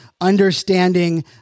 understanding